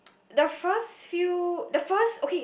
the first few the first okay